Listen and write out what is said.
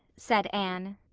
said anne.